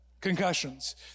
concussions